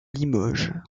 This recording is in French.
limoges